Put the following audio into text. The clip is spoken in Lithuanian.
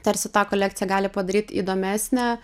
tarsi tą kolekciją gali padaryt įdomesnę